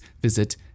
visit